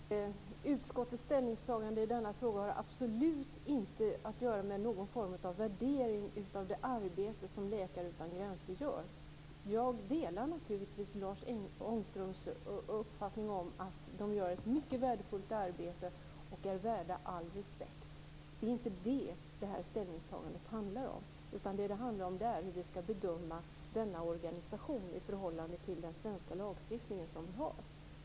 Fru talman! Utskottets ställningstagande i denna fråga har absolut inte att göra med någon form av värdering av det arbete som Läkare utan gränser gör. Jag delar naturligtvis Lars Ångströms uppfattning om att de gör ett mycket värdefullt arbete och är värda all respekt. Det är inte det detta ställningstagande handlar om. Det handlar om hur vi ska bedöma denna organisation i förhållande till den svenska lagstiftningen.